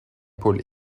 pôle